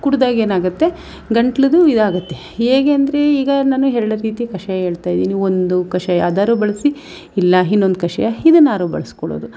ಕುಡ್ದಾಗೇನಾಗುತ್ತೆ ಗಂಟ್ಲದ್ದು ಇದಾಗುತ್ತೆ ಹೇಗೆ ಅಂದರೆ ಈಗ ನಾನು ಎರಡು ರೀತಿ ಕಷಾಯ ಹೇಳ್ತಾಯಿದ್ದೀನಿ ಒಂದು ಕಷಾಯ ಅದಾದ್ರು ಬಳಸಿ ಇಲ್ಲ ಇನ್ನೊಂದ್ ಕಷಾಯ ಇದನ್ನಾದ್ರು ಬಳಸ್ಕೊಳ್ಳೋದು